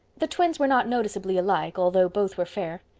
the twins were not noticeably alike, although both were fair.